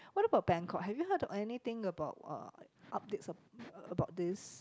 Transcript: what about Bangkok have you heard of anything about uh updates ab~ about this